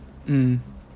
mm